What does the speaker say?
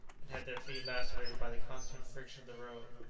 and had their feet lacerated by the constant friction of the road,